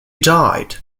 died